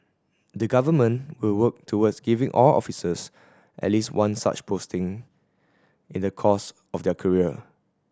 the Government will work towards giving all officers at least one such posting in the course of their career